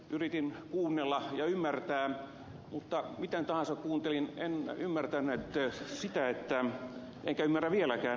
yritin kuunnella ja ymmärtää mutta miten tahansa kuuntelin en ymmärtänyt enkä ymmärrä vieläkään